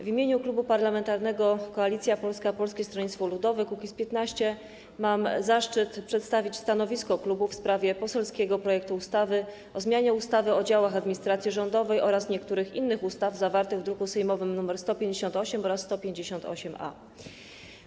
W imieniu Klubu Parlamentarnego Koalicja Polska - Polskie Stronnictwo Ludowe - Kukiz15 mam zaszczyt przedstawić stanowisko klubu w sprawie poselskiego projektu ustawy o zmianie ustawy o działach administracji rządowej oraz niektórych innych ustaw, zawartego w drukach sejmowych nr 158 oraz 158-A.